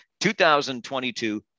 2022